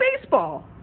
baseball